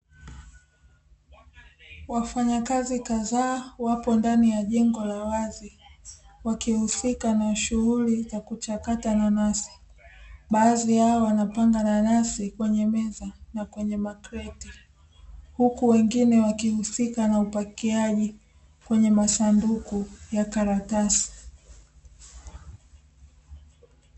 Wafanyakazi kadhaa wapo ndani ya jengo la wazi wakihusika na shughuli ya kuchakata nanasi, baadhi yao wanapanga nanasi kwenye meza na kwenye makreti huku wengine wakihusika na upakiaji kwenye masanduku ya karatasi.